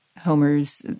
Homer's